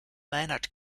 maynard